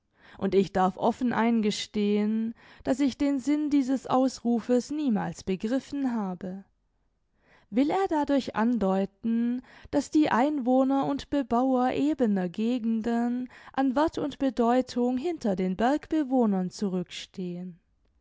und ich darf offen eingestehen daß ich den sinn dieses ausrufes niemals begriffen habe will er dadurch andeuten daß die einwohner und bebauer ebener gegenden an werth und bedeutung hinter den bergbewohnern zurückstehen